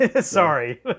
Sorry